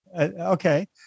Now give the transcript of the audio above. Okay